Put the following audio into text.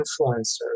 influencers